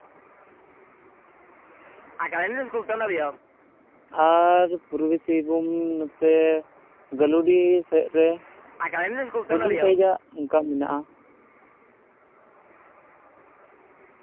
ᱟᱨ ᱯᱩᱨᱵᱤ ᱥᱤᱝᱵᱷᱩᱢ ᱱᱚᱛᱮ ᱜᱟᱹᱞᱩᱰᱤ ᱥᱮᱫ ᱨᱮ ᱦᱩᱰᱤᱧ ᱥᱟᱺᱦᱤᱡᱟᱜ ᱚᱱᱠᱟ ᱢᱮᱱᱟᱜᱼᱟ